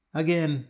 again